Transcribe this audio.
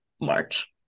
March